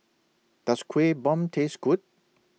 Does Kueh Bom Taste Good